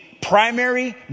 primary